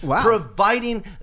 providing